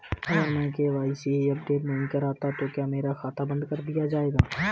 अगर मैं KYC update नहीं करता तो क्या मेरा खाता बंद कर दिया जाएगा?